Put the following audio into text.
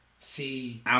See